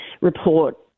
report